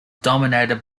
dominated